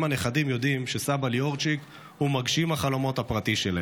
גם הנכדים יודעים שסבא ליאורצ'יק הוא מגשים החלומות הפרטי שלהם,